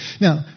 Now